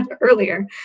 earlier